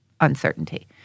uncertainty